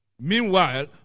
Meanwhile